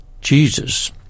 Jesus